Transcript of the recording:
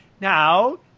Now